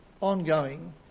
ongoing